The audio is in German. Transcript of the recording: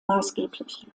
maßgeblich